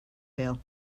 pail